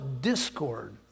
discord